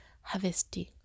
harvesting